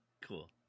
Cool